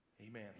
Amen